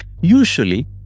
Usually